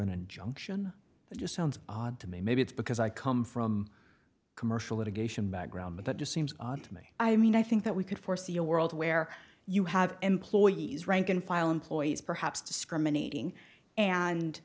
an injunction that just sounds odd to me maybe it's because i come from commercial litigation background but that just seems odd to me i mean i think that we could foresee a world where you have employees rank and file employees perhaps discriminating and